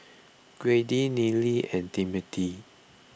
Grady Neely and Timothy